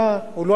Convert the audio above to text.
הוא היה בג'ינס,